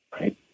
right